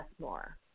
more